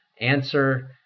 answer